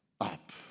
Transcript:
up